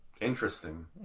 interesting